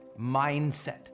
mindset